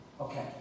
Okay